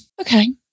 Okay